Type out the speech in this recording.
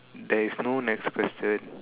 there is no next question